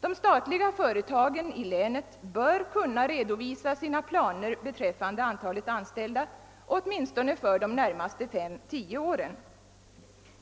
De statliga företagen i länet bör kunna redovisa sina planer beträffande antalet anställda åtminstone för de närmaste fem—tio åren